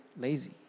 lazy